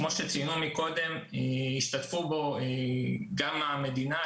כפי שציינו קודם, השתתפה בו גם המדינה.